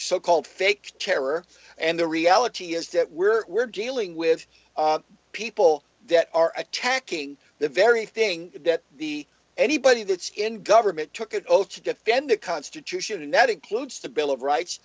so called fake terror and the reality is that we're we're dealing with people that are attacking the very thing that the anybody that's in government took an oath to defend the constitution and that includes the bill of rights